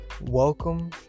Welcome